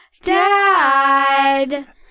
Dad